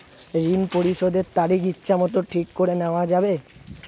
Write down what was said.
ঋণ পরিশোধের তারিখ ইচ্ছামত ঠিক করে নেওয়া যাবে?